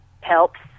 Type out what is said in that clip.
helps